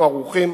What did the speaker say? אנחנו ערוכים,